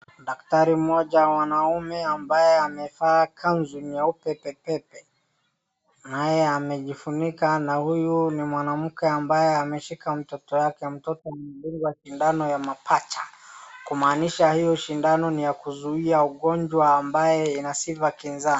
Daktari mmoja mwanaume ambaye amevaa kanzu nyeupe pepepe naye amejifunika na huyu ni mwanamke ambaye ameshika mtoto yake, mtoto amedungwa shindano ya mapacha kumanisha hiyo shindano ni ya kuzuia ugonjwa ambaye inasiwa kinzani.